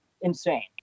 insane